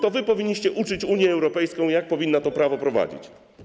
To wy powinniście uczyć Unię Europejską, jak powinna to prawo prowadzić.